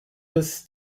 des